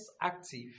active